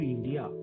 India